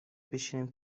بشینیم